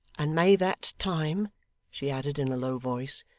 and may that time she added in a low voice,